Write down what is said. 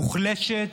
מוחלשת.